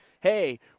hey